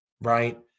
right